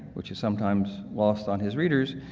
which is sometimes lost on his readers,